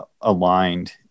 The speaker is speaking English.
aligned